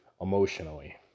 emotionally